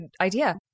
idea